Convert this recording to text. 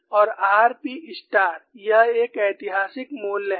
और r p star यह एक ऐतिहासिक मूल्य है